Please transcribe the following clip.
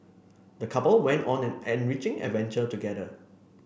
the couple went on an enriching adventure together